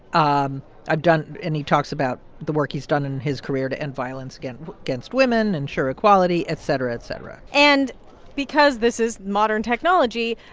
um i've done and he talks about the work he's done in his career to end violence against against women, ensure equality, et cetera, et cetera and because this is modern technology,